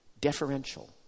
deferential